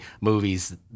movies